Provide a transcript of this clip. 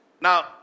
Now